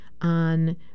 on